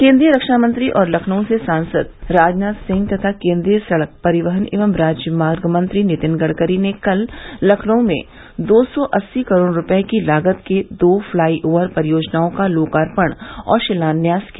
केन्द्रीय रक्षामंत्री और लखनऊ से सांसद राजनाथ सिंह तथा केन्द्रीय सड़क परिवहन एवं राजमार्ग मंत्री नितिन गडगरी ने कल लखनऊ में दो सौ अस्सी करोड़ रूपये की लागत के दो फ्लाईओवर परियोजनाओं का लोकार्पण और शिलान्यास किया